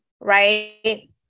right